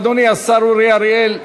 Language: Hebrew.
אדוני השר אורי אריאל,